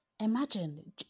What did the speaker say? imagine